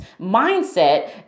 mindset